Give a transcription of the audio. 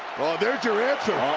their direction.